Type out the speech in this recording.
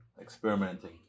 Experimenting